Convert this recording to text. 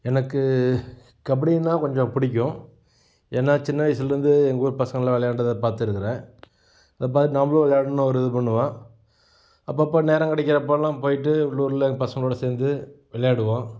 எனக்கு கபடின்னா கொஞ்சம் பிடிக்கும் ஏன்னா சின்ன வயசுல இருந்து எங்கள் ஊர் பசங்களாம் விளையாண்டதை பார்த்துருக்குறேன் அதை பார்த்து நாம்மளும் விளையாடணுன்னு ஒரு இது பண்ணுவேன் அப்பப்போ நேரம் கிடைக்கிற அப்போல்லாம் போய்ட்டு உள்ளூர்ல அந்த பசங்களோட சேர்ந்து விளையாடுவோம்